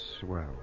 swell